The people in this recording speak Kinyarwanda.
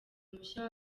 mushya